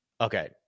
okay